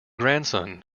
grandson